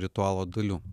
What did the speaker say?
ritualo dalių